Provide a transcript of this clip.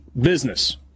business